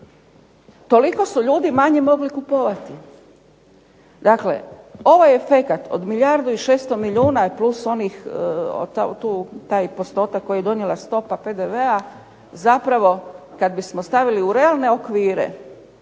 Toliko su ljudi manje mogli kupovati. Dakle, ovaj efekat od milijardu i 600 milijuna i plus onih, taj postotak koji je donijela stopa PDV-a zapravo kad bismo stavili u realne okvire